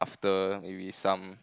after maybe some